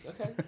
Okay